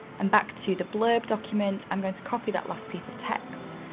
um back to the blurb document, i'm going to copy that last piece of text.